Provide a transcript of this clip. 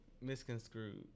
Misconstrued